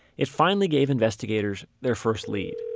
it finally gave investigators their first lead